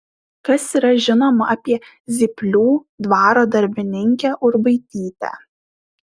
kas yra žinoma apie zyplių dvaro darbininkę urbaitytę